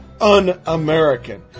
un-American